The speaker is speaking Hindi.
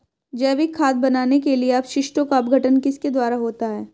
जैविक खाद बनाने के लिए अपशिष्टों का अपघटन किसके द्वारा होता है?